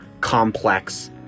complex